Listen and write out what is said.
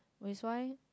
which why